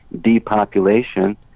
depopulation